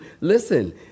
listen